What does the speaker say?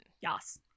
Yes